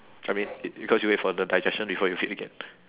I mean because you wait for the digestion before you feed again